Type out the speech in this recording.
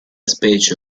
specie